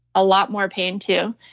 a lot more pain too,